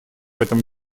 этом